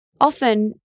Often